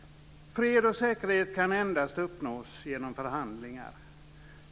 Fred och säkerhet kan endast uppnås genom förhandlingar.